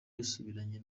yasubiranye